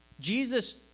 Jesus